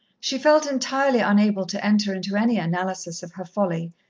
she felt entirely unable to enter into any analysis of her folly,